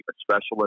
specialist